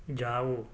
جاؤ